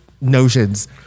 notions